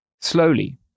Slowly